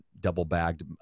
double-bagged